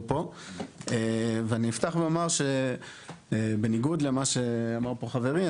פה ואני אפתח ואומר שבניגוד למה שאמר פה חברי,